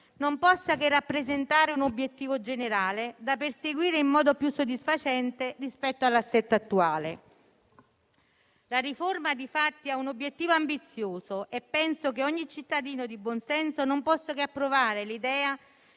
non può che rappresentare un obiettivo generale da perseguire in modo più soddisfacente rispetto all'assetto attuale. La riforma, difatti, ha un obiettivo ambizioso e penso che ogni cittadino di buon senso non possa che approvare l'idea